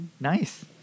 nice